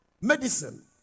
medicine